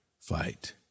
fight